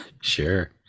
Sure